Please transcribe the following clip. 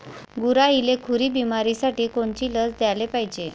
गुरांइले खुरी बिमारीसाठी कोनची लस द्याले पायजे?